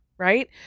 right